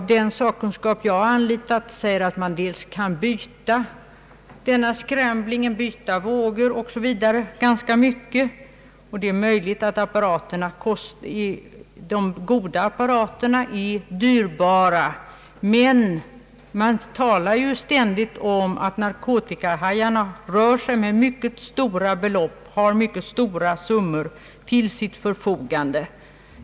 Den sakkunskap som jag har anlitat säger att det är relativt lätt att byta scramblingen, byta vågor osv. Det är möjligt att de goda apparaterna är dyrbara, men man talar ständigt om att narkotikahajarna rör sig med mycket stora belopp, de säges ha mycket stora summor till sitt förfogande.